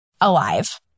alive